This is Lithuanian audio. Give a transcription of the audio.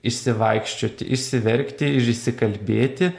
išsivaikščioti išsiverkti ir išsikalbėti